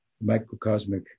microcosmic